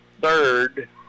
third